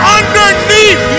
underneath